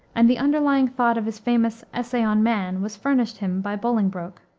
and the underlying thought of his famous essay on man was furnished him by bolingbroke.